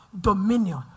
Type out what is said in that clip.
dominion